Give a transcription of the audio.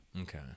okay